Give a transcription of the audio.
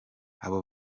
abo